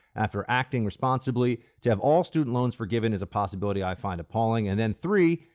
after acting responsibly, to have all student loans forgiven is a possibility i find appalling and then three,